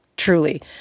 Truly